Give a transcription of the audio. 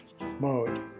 mode